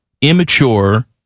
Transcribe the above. Immature